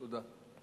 תודה.